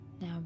Now